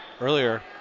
earlier